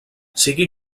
sigui